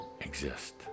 Exist